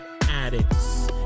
addicts